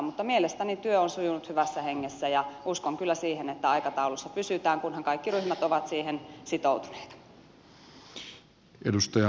mutta mielestäni työ on sujunut hyvässä hengessä ja uskon kyllä siihen että aikataulussa pysytään kunhan kaikki ryhmät ovat siihen sitoutuneita